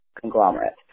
conglomerate